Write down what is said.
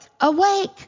awake